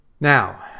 Now